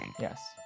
Yes